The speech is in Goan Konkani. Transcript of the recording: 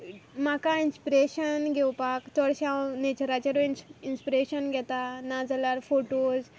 म्हाका इन्सपिरेशन घेवपाक चडशें हांव नेचराचेरू इन्सपिरेशन घेता ना जाल्यार फोटोज